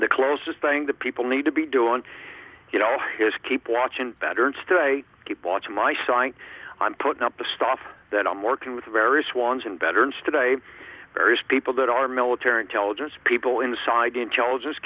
the closest thing the people need to be doing it all his keep watching veterans today keep watch my sign on putting up the stuff that i'm working with the various ones and veterans today various people that are military intelligence people inside the intelligence